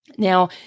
Now